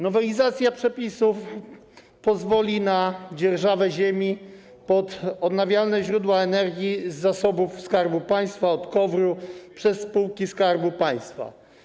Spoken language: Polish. Nowelizacja przepisów pozwoli na dzierżawę ziemi pod odnawialne źródła energii z zasobów Skarbu Państwa, od KOWR-u, przez spółki Skarbu Państwa.